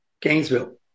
Gainesville